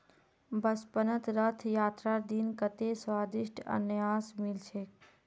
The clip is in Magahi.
बचपनत रथ यात्रार दिन कत्ते स्वदिष्ट अनन्नास मिल छिले